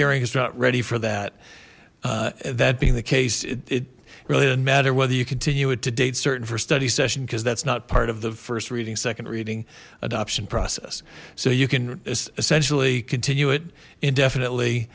hearings not ready for that that being the case it really doesn't matter whether you continue it to date certain for study session because that's not part of the first reading second reading adoption process so you can essentially continue it indefinitely